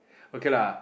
okay lah